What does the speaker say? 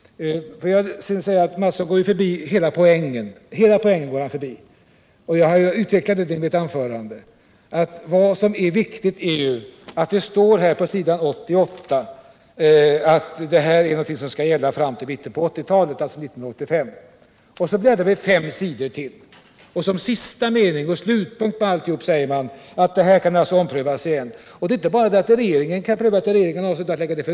Kjell Mattsson går förbi hela poängen. Jag utvecklade i mitt huvudanförande att vad som är viktigt är ju det som står på s. 88 i propositionen, nämligen att riktlinjerna skall gälla fram till mitten av 1980-talet. Men bläddrar vi fem sidor framåt, så finner vi i sista meningen, som slutord till alltihop, att beslutet kan omprövas igen. Det är inte bara det att regeringen kan pröva det.